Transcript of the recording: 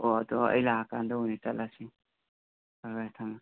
ꯍꯣ ꯑꯗꯣ ꯑꯩ ꯂꯥꯛꯑꯀꯥꯟꯗ ꯑꯣꯏꯅ ꯆꯠꯂꯁꯦ ꯐꯐꯔꯦ ꯊꯝꯃꯦ